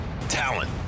talent